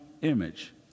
image